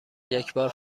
یکبار